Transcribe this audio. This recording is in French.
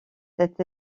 cet